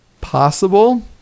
Possible